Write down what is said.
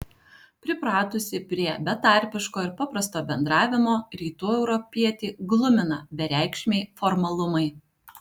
pripratusį prie betarpiško ir paprasto bendravimo rytų europietį glumina bereikšmiai formalumai